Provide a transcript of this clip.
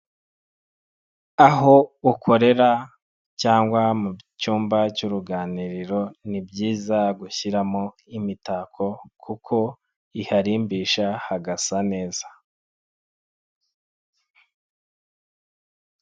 Aho ukorera cyangwa mu cyumba cy'uruganiriro, ni byiza gushyiramo imitako kuko iharimbisha hagasa neza.